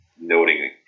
noting